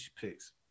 picks